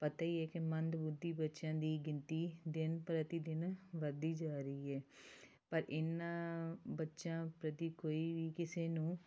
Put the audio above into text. ਪਤਾ ਹੀ ਹੈ ਕਿ ਮੰਦਬੁੱਧੀ ਬੱਚਿਆਂ ਦੀ ਗਿਣਤੀ ਦਿਨ ਪ੍ਰਤੀ ਦਿਨ ਵਧਦੀ ਜਾ ਰਹੀ ਹੈ ਪਰ ਇਹਨਾਂ ਬੱਚਿਆਂ ਪ੍ਰਤੀ ਕੋਈ ਵੀ ਕਿਸੇ ਨੂੰ